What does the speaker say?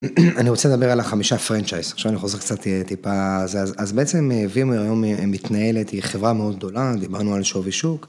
אני רוצה לדבר על החמישה פרנצ'ייסט, עכשיו אני חוזר קצת טיפה, אז בעצם וימר היום מתנהלת, היא חברה מאוד גדולה, דיברנו על שווי שוק.